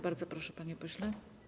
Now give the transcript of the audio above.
Bardzo proszę, panie pośle.